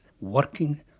working